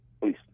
Please